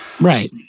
Right